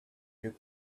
you